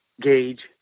gauge